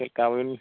ᱪᱮᱠᱟ ᱵᱤᱱ